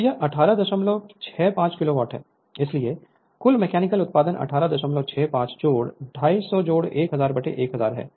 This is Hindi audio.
तो यह 1865 किलो वाट है इसलिए कुल मैकेनिकल उत्पादन 1865 25010001000है जो यहां दिए गए हैं